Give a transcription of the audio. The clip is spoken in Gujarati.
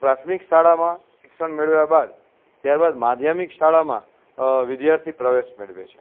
પ્રાથમિક શાળામાં શિક્ષણ મેળવ્યા બાદ ત્યારબાદ માધ્યમિક શાળામાં વિદ્યાર્થી પ્રવેશ મેળવે છે